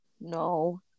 No